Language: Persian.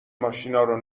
ماشینارو